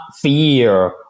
fear